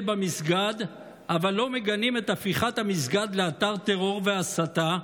במסגד אבל לא מגנים את הפיכת המסגד לאתר טרור והסתה?